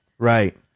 Right